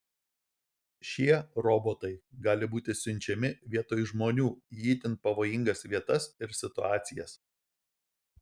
šie robotai gali būti siunčiami vietoj žmonių į itin pavojingas vietas ir situacijas